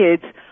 kids